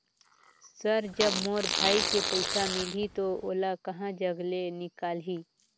Sir जब मोर भाई के पइसा मिलही तो ओला कहा जग ले निकालिही?